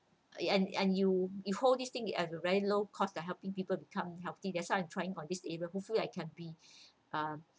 and and you you hold this thing at a very low cost to helping people become healthy that's why I'm trying on this area hopefully I can be uh